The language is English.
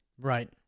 Right